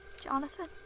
Jonathan